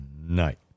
night